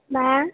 मा